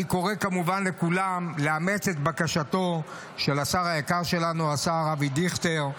אני קורא כמובן לכולם לאמץ את בקשתו של השר היקר שלנו השר אבי דיכטר,